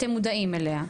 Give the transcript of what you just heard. אתם מודעים אליה,